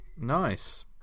Nice